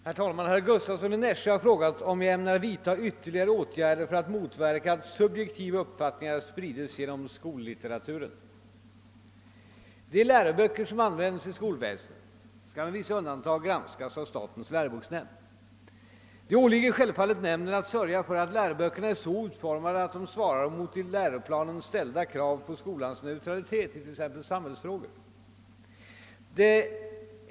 Herr talman! Herr Gustavsson i Nässjö har frågat, om jag ämnar vidta ytterligare åtgärder för att motverka att subjektiva uppfattningar sprides genom skollitteraturen. De läroböcker som används i skolväsendet skall med vissa undantag granskas av statens läroboksnämnd. Det åligger självfallet nämnden att sörja för att läroböckerna är så utformade att de svarar mot i läroplanen ställda krav på skolans neutralitet i t.ex. samhällsfrågor.